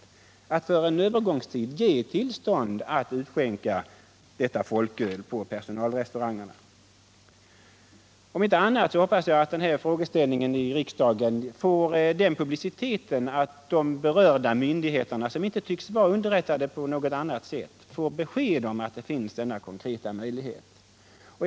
Man kan för en övergångstid ge tillstånd till utskänkning av folköl på personalrestaurangerna. Om inte annat hoppas jag att den här frågeställningens behandling i riksdagen får den publiciteten att de berörda myndigheterna — som inte tycks vara underrättade på något annat sätt — får besked om att denna konkreta möjlighet finns.